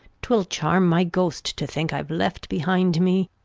twiu charm my ghost to think i've left behind me.